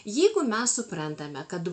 jeigu mes suprantame kad